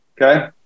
Okay